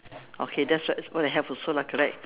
okay that's what what I have also lah correct